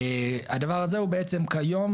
הדבר הזה כיום,